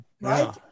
right